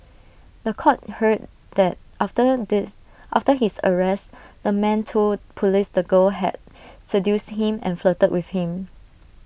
The Court heard that after the after his arrest the man told Police the girl had seduced him and flirted with him